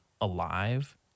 alive